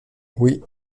oui